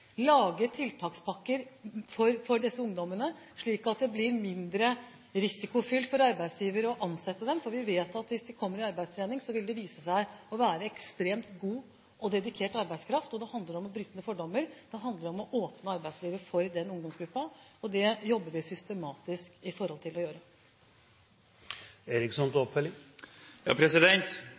lage tiltakspakker for disse ungdommene, slik at det blir mindre risikofylt for arbeidsgiver å ansette dem. Vi vet at hvis de kommer i arbeidstrening, vil de vise seg å være ekstremt god og dedikert arbeidskraft. Det handler om å bryte ned fordommer, og det handler om å åpne arbeidslivet for denne ungdomsgruppen. Det jobber vi systematisk